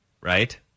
right